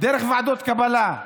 דרך ועדות קבלה,